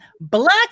black